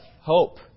hope